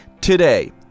today